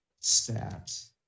stats